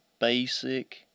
basic